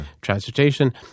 transportation